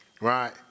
Right